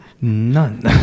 none